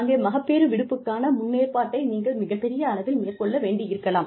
அங்கே மகப்பேறு விடுப்புக்கான முன்னேற்பாட்டை நீங்கள் மிகப்பெரிய அளவில் மேற்கொள்ள வேண்டியிருக்கலாம்